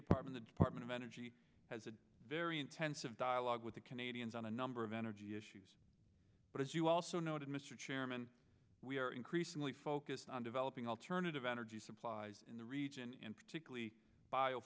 department the department of energy has a very intensive dialogue with the canadians on a number of energy issues but as you also noted mr chairman we are increasingly focused on developing alternative energy supplies in the region particularly bio